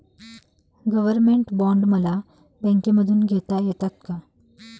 Government bond मला बँकेमधून घेता येतात का?